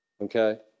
Okay